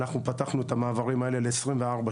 אנחנו פתחנו את המעברים ל-24/7.